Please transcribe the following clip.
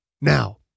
Now